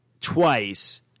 twice